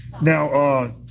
Now